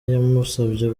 yamusabye